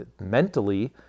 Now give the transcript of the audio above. mentally